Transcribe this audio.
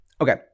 okay